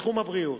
בתחום הבריאות: